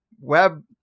web